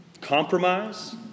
Compromise